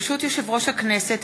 ברשות יושב-ראש הכנסת,